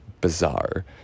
bizarre